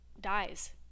dies